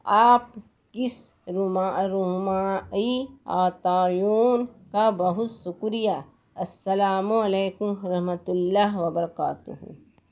آپ کی اس را رہنمائی اور تعاون کا بہت شکریہ السلام علیکم و رحمت اللہ وبرکاتہ